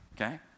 okay